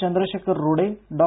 Chandrashekhar Rode Dr